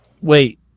Wait